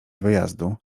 wyjazdu